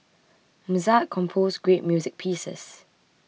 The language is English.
Mozart composed great music pieces